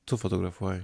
tu fotografuoji